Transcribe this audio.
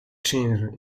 changes